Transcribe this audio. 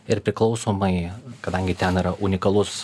ir priklausomai kadangi ten yra unikalus